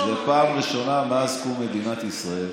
זו הפעם הראשונה מאז קום מדינת ישראל